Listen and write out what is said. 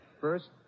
first